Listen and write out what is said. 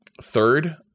third